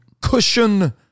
cushion